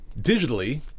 digitally